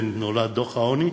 ונולד דוח העוני,